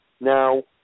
now